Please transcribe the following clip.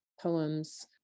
poems